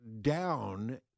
down